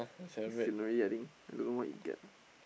he sian already I think I don't know what he get ah